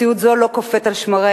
מציאות זו לא קופאת על שמריה,